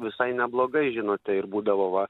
visai neblogai žinote ir būdavo va